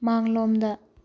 ꯃꯥꯡꯂꯣꯝꯗ